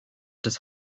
des